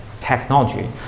Technology